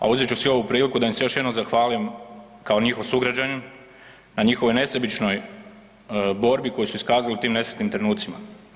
A uzet ću si ovu priliku da im se još jednom zahvalim kao njihov sugrađanin na njihovoj nesebičnoj borbi koju su iskazali u tim nesretnim trenucima.